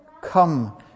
Come